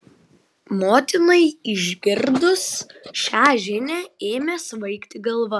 motinai išgirdus šią žinią ėmė svaigti galva